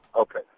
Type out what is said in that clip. Okay